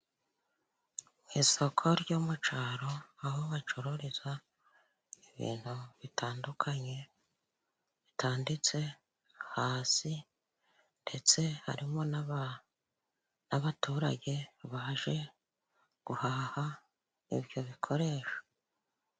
Isoko ryo mu caro, aho bacururiza ibintu bitandukanye bitanditse hasi. Ndetse harimo n'abaturage baje guhaha ibyo bikoresho.